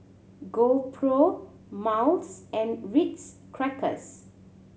GoPro Miles and Ritz Crackers